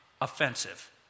Offensive